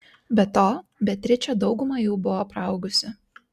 be to beatričė daugumą jų buvo praaugusi